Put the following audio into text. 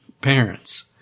parents